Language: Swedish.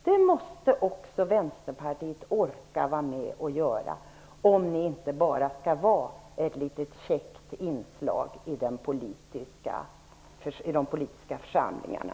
Det måste också Vänsterpartiet orka vara med och göra, om ni inte bara skall vara ett litet käckt inslag i de politiska församlingarna.